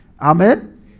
amen